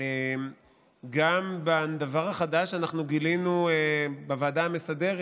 גם בדבר החדש שאנחנו גילינו בוועדה המסדרת,